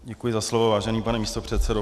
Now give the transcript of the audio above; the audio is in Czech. Děkuji za slovo, vážený pane místopředsedo.